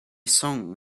song